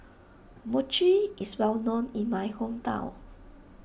Mochi is well known in my hometown